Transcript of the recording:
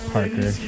Parker